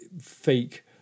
fake